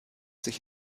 sich